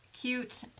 cute